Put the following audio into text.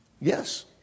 Yes